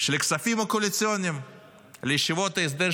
של הכספים הקואליציוניים לישיבות ההסדר,